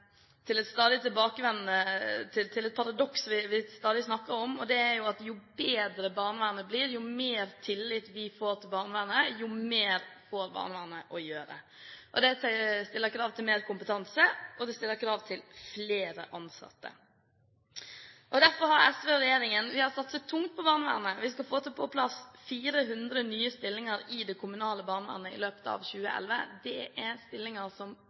til et paradoks vi stadig snakker om, og det er at jo bedre barnevernet blir, jo mer tillit vi får til barnevernet, jo mer får barnevernet å gjøre. Det stiller krav til mer kompetanse, og det stiller krav til flere ansatte. Derfor har SV og regjeringen satset tungt på barnevernet. Vi skal få på plass 400 nye stillinger i det kommunale barnevernet i løpet av 2011. Det er stillinger som